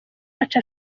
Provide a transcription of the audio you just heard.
yacu